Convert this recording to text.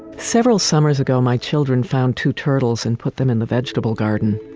several summers ago, my children found two turtles and put them in the vegetable garden.